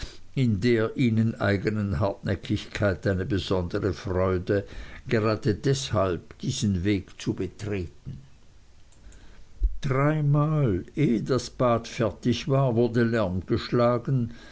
in der ihnen eignen hartnäckigkeit eine besondere freude gerade deshalb diesen weg zu betreten dreimal ehe das bad fertig war wurde lärm geschlagen